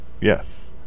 yes